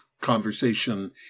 conversation